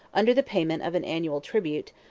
under the payment of an annual tribute,